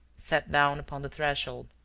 sat down upon the threshold,